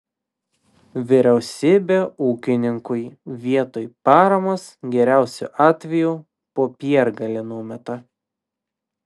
vyriausybė ūkininkui vietoj paramos geriausiu atveju popiergalį numeta